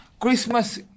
Christmas